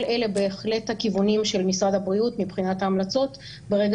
כל אלה בהחלט הכיוונים של משרד הבריאות מבחינת ההמלצות ברגע